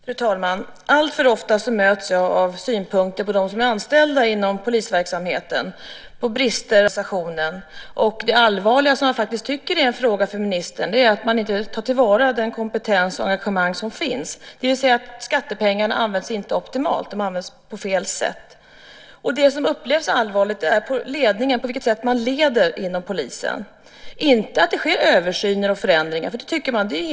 Fru talman! Alltför ofta möts jag av synpunkter på dem som är anställda inom polisverksamheten. Det gäller brister - bristande ledarskap och brister i organisationen. Det allvarliga, och det som jag tycker är en fråga för ministern, är att man inte vill ta till vara den kompetens och det engagemang som finns. Skattepengarna används alltså inte optimalt och används på fel sätt. Det som upplevs så allvarligt är ledningen och på vilket sätt man leder inom polisen. Det handlar inte om att det sker översyner och förändringar - det tycker man är helt okej.